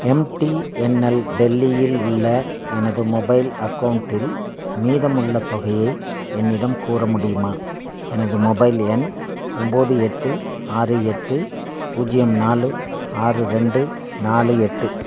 MTNL டெல்லியில் உள்ள எனது மொபைல் அக்கௌண்ட்டில் மீதம் உள்ள தொகையை என்னிடம் கூற முடியுமா எனது மொபைல் எண் ஒம்போது எட்டு ஆறு எட்டு பூஜ்ஜியம் நாலு ஆறு ரெண்டு நாலு எட்டு